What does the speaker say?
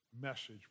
message